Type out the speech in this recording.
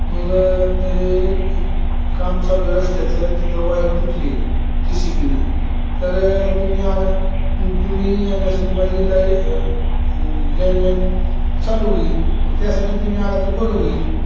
मग ते काम चालू आहे रस्त्याचं तिथं वायर तुटली डी सी पी नं तर तु्ही आला तुम्ही आण्यासाठी माझी लाय लेडलाईन चालू होईल मग त्यासाठी तुम्ही आला तर बरं होईल